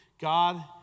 God